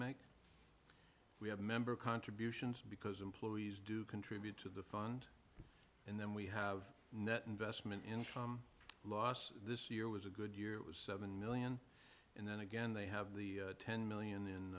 make we have member contributions because employees do contribute to the fund and then we have net investment in loss this year was a good year it was seven million and then again they have the ten million